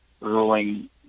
ruling